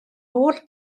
holl